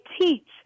teach